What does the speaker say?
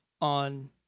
on